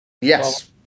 Yes